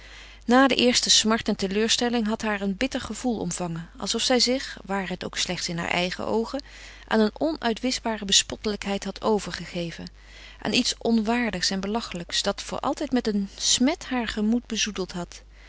na de eerste smart en teleurstelling had haar een bitter gevoel omvangen alsof zij zich ware het ook slechts in haar eigen oogen aan een onuitwischbare bespottelijkheid had overgegeven aan iets onwaardigs en belachelijks dat voor altijd met een smet haar gemoed bezoedeld had